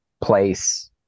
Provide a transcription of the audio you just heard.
place